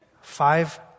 five